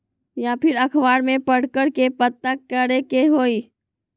या फिर अखबार में पढ़कर के पता करे के होई?